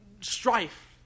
strife